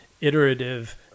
Iterative